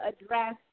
address